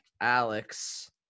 Alex